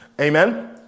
Amen